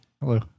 Hello